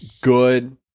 good